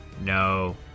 No